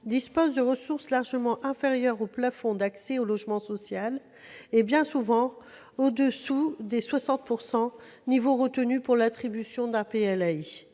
disposent de ressources largement inférieures au plafond d'accès au logement social et même, bien souvent, aux 60 %, niveau retenu pour l'attribution d'un PLAI.